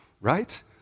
Right